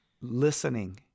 listening